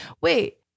Wait